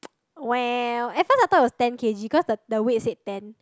well at first I thought it was ten K_G cause the the weight said ten